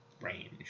range